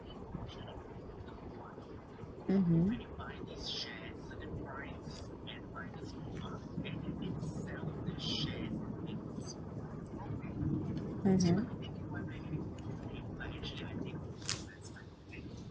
mmhmm mmhmm